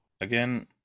Again